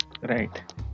right